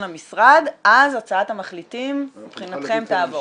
המשרד אז הצעת המחליטים מבחינתכם תעבור.